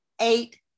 eight